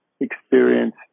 experience